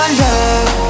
love